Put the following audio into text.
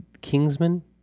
Kingsman